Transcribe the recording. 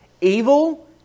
Evil